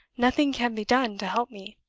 nothing can be done to help me.